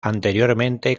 anteriormente